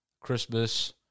Christmas